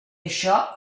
això